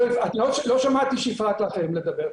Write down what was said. לא שמעתי שהפרעת לאחרים לדבר.